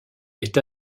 est